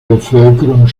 bevölkerung